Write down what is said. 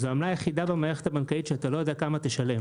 זו העמלה היחידה במערכת הבנקאית שאתה לא יודע כמה תשלם.